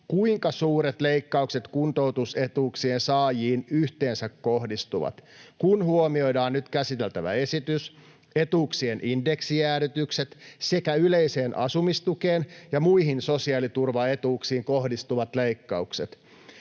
kuinka suuret leikkaukset kuntoutusetuuksien saajiin yhteensä kohdistuvat, kun huomioidaan nyt käsiteltävä esitys, etuuksien indeksijäädytykset sekä yleiseen asumistukeen ja muihin sosiaaliturvaetuuksiin kohdistuvat leikkaukset.